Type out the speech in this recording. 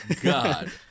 God